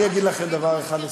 אני אגיד לכם דבר אחד לסיכום: